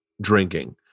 drinking